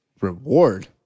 Reward